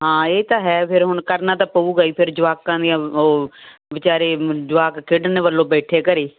ਹਾਂ ਇਹ ਤਾਂ ਹੈ ਫਿਰ ਹੁਣ ਕਰਨਾ ਤਾਂ ਪਊਗਾ ਹੀ ਫਿਰ ਜਵਾਕਾਂ ਦੀਆਂ ਉਹ ਵਿਚਾਰੇ ਜਵਾਕ ਖੇਡਣ ਵੱਲੋਂ ਬੈਠੇ ਘਰੇ